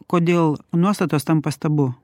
kodėl nuostatos tampa stabu